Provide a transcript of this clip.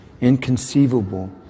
inconceivable